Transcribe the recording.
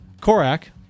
Korak